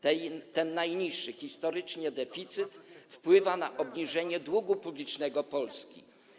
Ten najniższy historycznie deficyt wpływa na obniżenie długu publicznego Polski.